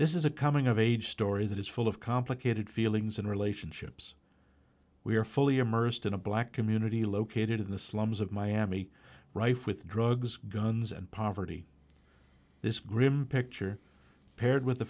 this is a coming of age story that is full of complicated feelings and relationships we are fully immersed in a black community located in the slums of miami rife with drugs guns and poverty this grim picture paired with the